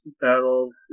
battles